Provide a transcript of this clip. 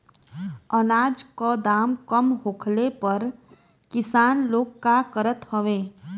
अनाज क दाम कम होखले पर किसान लोग का करत हवे?